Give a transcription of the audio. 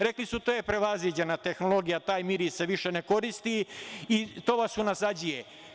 Rekli su – to je prevaziđena tehnologija, taj miris se više ne koristi i to vas unazađuje.